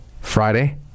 Friday